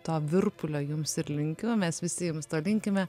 to virpulio jums ir linkiu mes visi jums to linkime